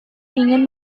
ingin